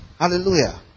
Hallelujah